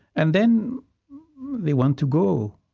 and then they want to go.